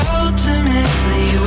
ultimately